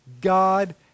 God